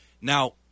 Now